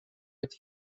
with